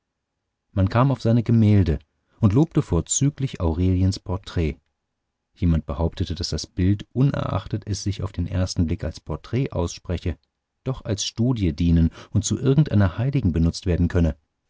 man kam auf seine gemälde und lobte vorzüglich aureliens porträt jemand behauptete daß das bild unerachtet es sich auf den ersten blick als porträt ausspreche doch als studie dienen und zu irgendeiner heiligen benutzt werden könne